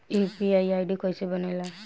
UPI ID कैसे बनेला?